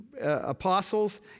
apostles